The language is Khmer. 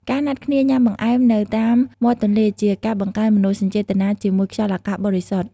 ការណាត់គ្នាញ៉ាំបង្អែមនៅតាមមាត់ទន្លេ ជាការបង្កើនមនោសញ្ចេតនាជាមួយខ្យល់អាកាសបរិសុទ្ធ។